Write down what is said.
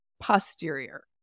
posterior